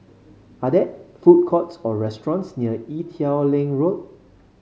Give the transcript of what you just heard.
are there food courts or restaurants near Ee Teow Leng Road